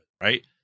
right